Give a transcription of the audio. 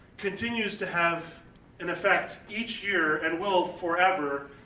continues to have an effect each year and will forever,